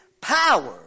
power